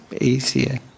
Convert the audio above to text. easier